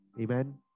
Amen